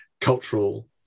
cultural